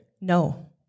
No